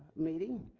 meeting